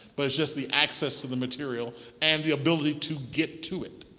but it's just the access to the material and the ability to get to it.